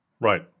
right